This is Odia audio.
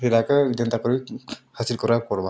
ହେରାକେ ଯେନ୍ତା କରି ହାସିଲ୍ କର୍ବାକେ ପଡ଼୍ବା